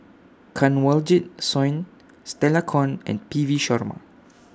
Kanwaljit Soin Stella Kon and P V Sharma